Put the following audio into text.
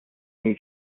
new